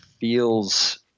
feels